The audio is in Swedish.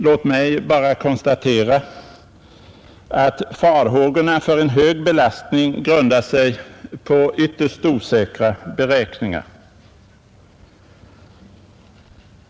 Låt mig bara konstatera att farhågorna för en hög belastning grundar sig på ytterst osäkra beräkningar.